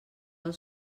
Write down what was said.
del